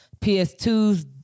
PS2s